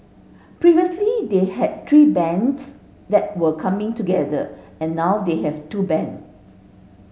previously they had three bands that were coming together and now they have two band